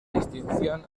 distinción